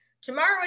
Tomorrow